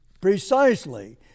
Precisely